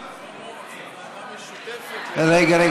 הוועדה המשותפת, רגע.